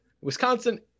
Wisconsin